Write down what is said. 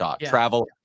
travel